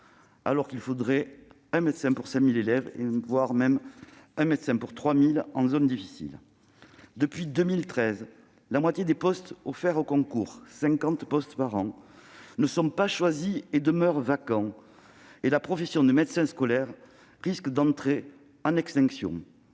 alors qu'il faudrait un médecin pour 5 000 élèves, voire pour 3 000 en zone difficile. Depuis 2013, la moitié des postes offerts au concours- cinquante par an -ne sont pas choisis et demeurent vacants. La profession de médecin scolaire risque de s'éteindre.